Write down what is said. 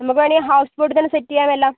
നമുക്ക് വേണേൽ ഹൗസ് ബോട്ടി തന്നെ സെറ്റ് ചെയ്യാം എല്ലാം